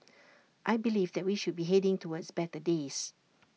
I believe that we should be heading towards better days